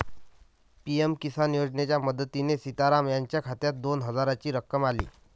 PM Kisan योजनेच्या मदतीने सीताराम यांच्या खात्यात दोन हजारांची रक्कम आली